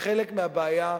חלק מהבעיה,